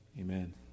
Amen